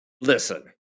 listen